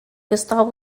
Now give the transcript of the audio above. gustav